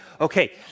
Okay